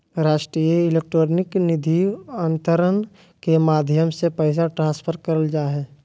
राष्ट्रीय इलेक्ट्रॉनिक निधि अन्तरण के माध्यम से पैसा ट्रांसफर करल जा हय